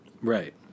Right